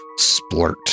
splurt